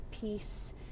peace